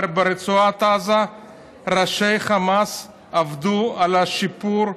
ברצועת עזה ראשי חמאס עבדו על השיפור,